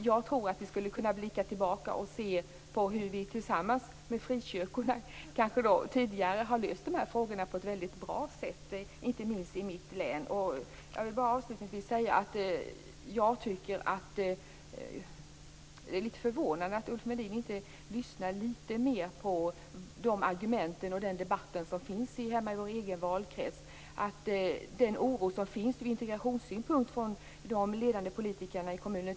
Vi borde blicka tillbaka - kanske tillsammans med frikyrkorna - och se på hur dessa frågor tidigare löstes på ett bra sätt, inte minst i mitt hemlän. Avslutningsvis är jag förvånad över att Ulf Melin inte lyssnar mera på de argument och de debatter som förekommer hemma i vår egen valkrets. Det finns en oro från integrationssynpunkt hos de ledande politikerna i kommunen.